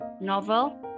novel